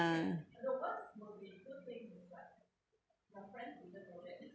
~a